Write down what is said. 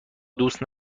دوست